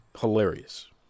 hilarious